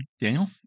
Daniel